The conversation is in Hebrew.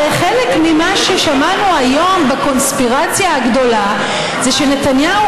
הרי חלק ממה ששמענו היום בקונספירציה הגדולה זה שנתניהו,